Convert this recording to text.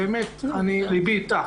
באמת ליבי איתך.